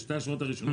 בשתי השורות הראשונות,